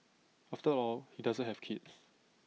after all he doesn't have kids